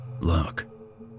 Look